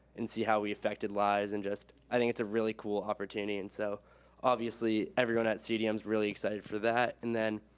and see how we affected lives. and just i think it's a really cool opportunity, and so obviously everyone at cdm's really excited for that. and then,